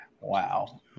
Wow